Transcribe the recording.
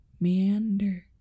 meander